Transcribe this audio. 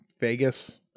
Vegas